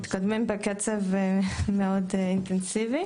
ואנחנו מתקדמים בקצב מאוד אינטנסיבי.